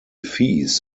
fees